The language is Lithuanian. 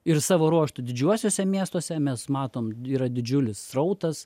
ir savo ruožtu didžiuosiuose miestuose mes matom yra didžiulis srautas